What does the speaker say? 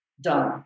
done